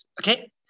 okay